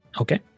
Okay